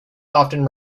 often